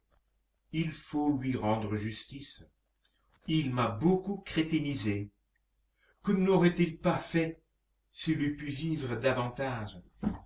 il faut lui rendre justice il m'a beaucoup crétinisé que naurait t il pas fait s'il eût pu vivre davantage